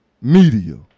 media